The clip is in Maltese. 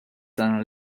sena